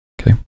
Okay